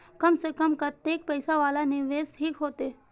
कम से कम कतेक पैसा वाला निवेश ठीक होते?